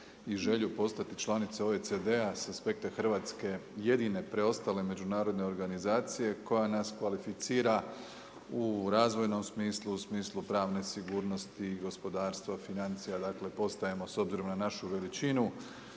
i želju postati članice OECD-a sa aspekta Hrvatske jedine preostale međunarodne organizacije koja nas kvalificira u razvojnom smislu, u smislu pravne sigurnosti, gospodarstva, financija. Dakle, postajemo s obzirom na našu veličinu